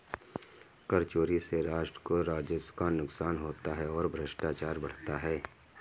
कर चोरी से राष्ट्र को राजस्व का नुकसान होता है और भ्रष्टाचार बढ़ता है